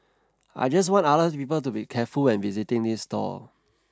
I just want others people to be careful when visiting this stall